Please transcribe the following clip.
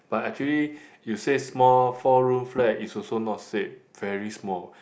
but actually you say small four room flat is also not said very small